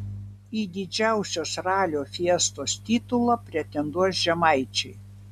į didžiausios ralio fiestos titulą pretenduos žemaičiai